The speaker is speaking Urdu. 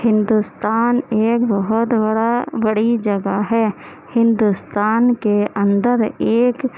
ہندوستان ایک بہت بڑا بڑی جگہ ہے ہندوستان کے اندر ایک